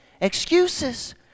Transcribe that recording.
excuses